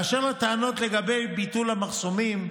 אשר לטענות לגבי ביטול המחסומים,